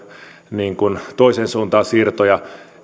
toiseen suuntaan siirtoja